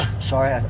Sorry